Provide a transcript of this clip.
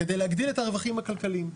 כדי להגדיל את הרווחים הכלכליים.